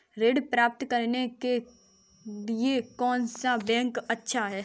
ऋण प्राप्त करने के लिए कौन सा बैंक अच्छा है?